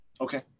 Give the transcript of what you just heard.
Okay